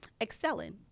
excelling